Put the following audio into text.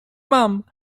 mam